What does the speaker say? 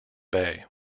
bay